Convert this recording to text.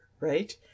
right